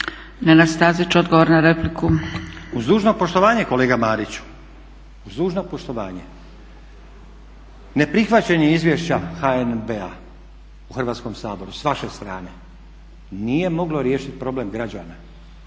poštovanje kolega Mariću, uz dužno poštovanje neprihvaćanje izvješća HNB-a u Hrvatskom saboru s vaše strane nije moglo riješiti problem građana